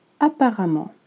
Apparemment